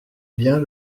bien